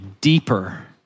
deeper